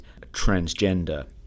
transgender